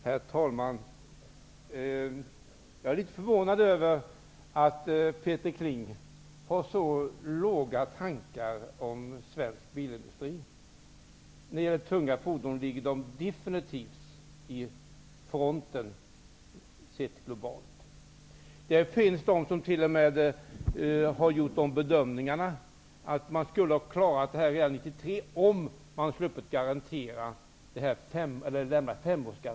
Herr talman! Jag är litet förvånad över att Peter Kling har så låga tankar om svensk bilindustri. När det gäller tunga fordon ligger den absolut i frontlinjen globalt sett. De finns de som t.o.m. har bedömt det som möjligt att klara den här tillverkningen 1993 om man sluppit ge femårsgarantin på bilarna.